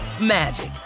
magic